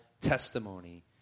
testimony